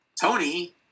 Tony